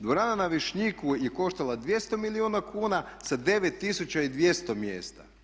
Dvorana na Višnjiku je koštala 200 milijuna kuna sa 9200 mjesta.